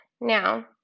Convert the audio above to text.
Now